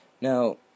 Now